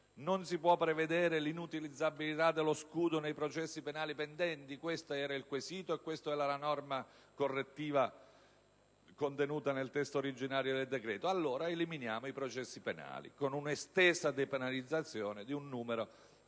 Non si può prevedere l'inutilizzabilità dello scudo nei processi penali pendenti? Questo era il quesito e questa era la norma correttiva contenuta nel testo originario del decreto. Allora eliminiamo i processi penali con un'estesa depenalizzazione di un numero